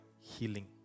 healing